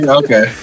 okay